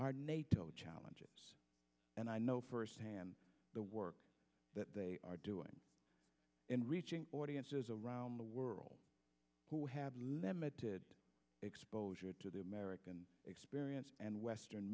our nato challenges and i know firsthand the work that they are doing in reaching audiences around the world who have limited exposure to the american experience and western